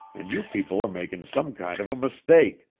and you people are makin' some kind of a mistake.